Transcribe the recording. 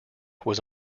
was